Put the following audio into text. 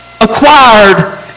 acquired